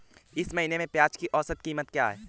इस महीने में प्याज की औसत कीमत क्या है?